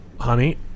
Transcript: honey